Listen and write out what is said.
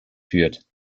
führt